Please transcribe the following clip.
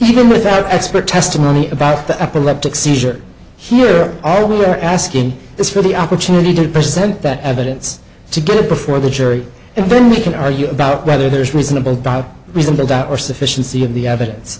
even without expert testimony about the epileptic seizure here all we're asking is for the opportunity to present that evidence to get it before the jury and then we can argue doubt whether there's reasonable doubt reasonable doubt or sufficiency of the evidence